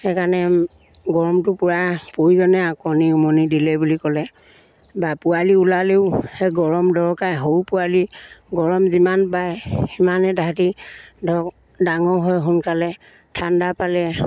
সেইকাৰণে গৰমটো পূৰা প্ৰয়োজনে আৰু কণী উমনি দিলে বুলি ক'লে বা পোৱালি ওলালেও সেই গৰম দৰকাৰ সৰু পোৱালি গৰম যিমান পায় সিমানে তাহাঁতি ধৰক ডাঙৰ হয় সোনকালে ঠাণ্ডা পালে